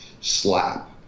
slap